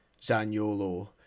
Zaniolo